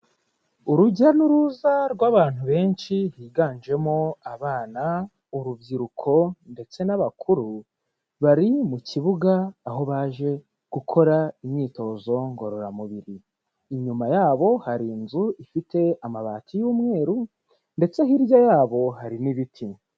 Urujya n'uruza rw'abantu benshi higanjemo: abana, urubyiruko ndetse n'abakuru, bari mu kibuga, aho baje gukora imyitozo ngororamubiri, inyuma yabo hari inzu ifite amabati y'umweru ndetse hirya yabo hari n'ibiti.